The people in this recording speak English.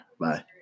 Bye